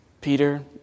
Peter